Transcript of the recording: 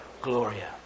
Gloria